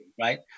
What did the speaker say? Right